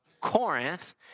Corinth